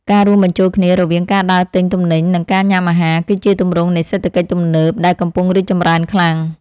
ការរួមបញ្ចូលគ្នារវាងការដើរទិញទំនិញនិងការញ៉ាំអាហារ គឺជាទម្រង់នៃសេដ្ឋកិច្ចទំនើបដែលកំពុងរីកចម្រើនខ្លាំង។